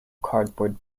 cardboard